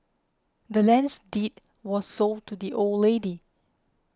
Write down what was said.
the land's deed was sold to the old lady